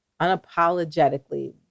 unapologetically